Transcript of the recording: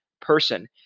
person